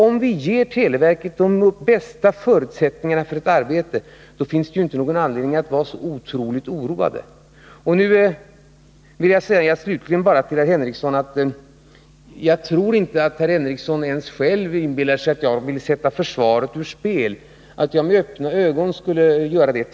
Om vi ger televerket de bästa förutsättningarna för dess arbete finns det ingen anledning att vara så otroligt orolig. Jag tror inte att herr Henricsson ens själv inbillar sig att jag med öppna ögon vill sätta försvaret ur spel.